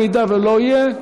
אם הוא לא יהיה,